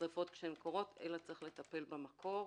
השריפות כשהן קורות, אלא צריך לטפל במקור.